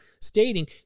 stating